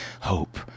hope